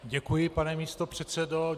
Děkuji, pane místopředsedo.